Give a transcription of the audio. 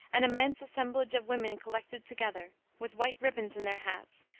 an immense assemblage of women collected together, with white ribbons in their hats,